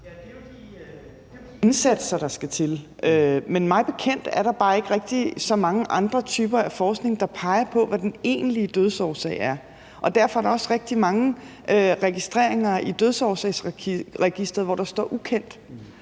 Det er jo de indsatser, der skal til, men mig bekendt er der bare ikke rigtig så mange andre typer af forskning, der peger på, hvad den egentlige dødsårsag er, og derfor er der også rigtig mange registreringer i Dødsårsagsregisteret, hvor der står, at